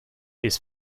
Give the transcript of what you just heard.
his